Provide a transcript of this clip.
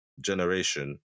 generation